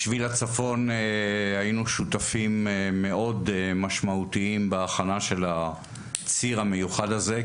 היינו שותפים מאוד משמעותיים בהכנה של הציר המיוחד הזה,